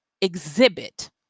exhibit